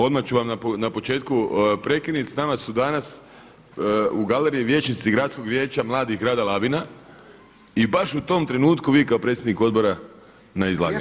Odmah ću vas na početku prekinuti, s nama su danas u galeriji i vijećnici Gradsko vijeće mladih grada Labina i baš u tom trenutku vi kao predsjednik odbora na izlaganju.